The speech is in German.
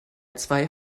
zwei